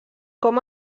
com